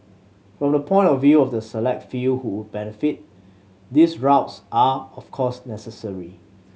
from the point of view of the select few who benefit these are of course necessary